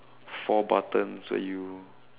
four buttons where you